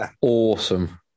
Awesome